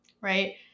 right